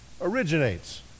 originates